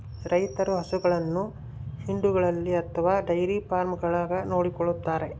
ರೈತರು ಹಸುಗಳನ್ನು ಹಿಂಡುಗಳಲ್ಲಿ ಅಥವಾ ಡೈರಿ ಫಾರ್ಮ್ಗಳಾಗ ನೋಡಿಕೊಳ್ಳುತ್ತಾರೆ